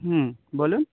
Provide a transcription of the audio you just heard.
হুম বলুন